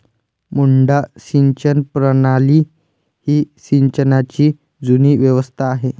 मुड्डा सिंचन प्रणाली ही सिंचनाची जुनी व्यवस्था आहे